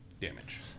damage